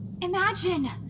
Imagine